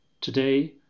Today